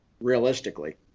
realistically